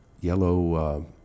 yellow